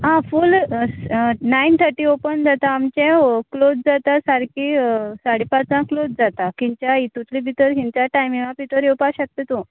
आ फूल णायन थटी ओपन जाता आमचें क्लोज जाता सारकी साडे पांचां क्लोज जाता खंयच्याय हितुतले भितर खिंच्याय टायमिंगां भितर येवपा शकता तूं